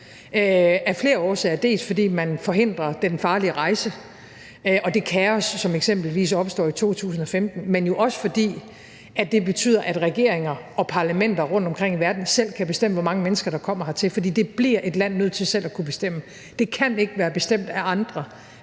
af flere årsager, både fordi man forhindrer den farlige rejse og det kaos, som eksempelvis opstod i 2015, men jo også fordi det betyder, at regeringer og parlamenter rundtomkring i verden selv kan bestemme, hvor mange mennesker der kommer hertil, for det bliver man nødt til selv at kunne bestemme. Det kan ikke være bestemt af andre,